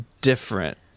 different